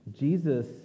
Jesus